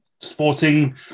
sporting